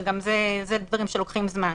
וגם אלה דברים שלוקחים זמן.